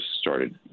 started